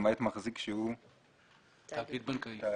למעט מחזיק שהוא תאגיד בנקאי.